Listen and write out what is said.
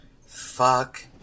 Fuck